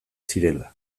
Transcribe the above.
zirela